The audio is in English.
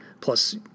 Plus